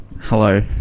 Hello